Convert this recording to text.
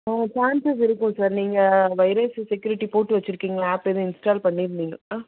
ஆ chances இருக்கும் sir நீங்கள் virus security போட்டு வச்சுருக்கிங்களா ஆப் எதுவும் இன்ஸ்டால் பண்ணியிருந்திங்களா